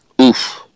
Oof